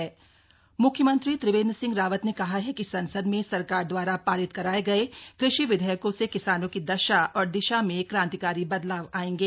CM कृषि विधेयक मुख्यमंत्री त्रिवेन्द्र सिंह रावत ने कहा है कि संसद में सरकार द्वारा पारित कराए गए कृषि विधेयकों से किसानों की दशा और दिशा में क्रांतिकारी बदलाव आएंगे